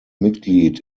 mitglied